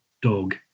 dog